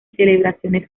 celebraciones